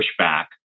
pushback